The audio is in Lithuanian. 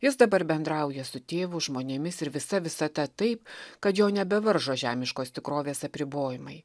jis dabar bendrauja su tėvu žmonėmis ir visa visata taip kad jo nebevaržo žemiškos tikrovės apribojimai